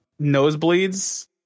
nosebleeds